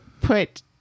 put